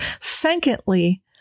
secondly